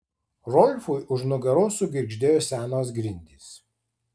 rolfui už nugaros sugirgždėjo senos grindys